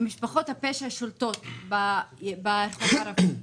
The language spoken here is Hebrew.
משפחות הפשע שולטות ברחוב הערבי,